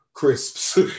crisps